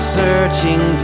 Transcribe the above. searching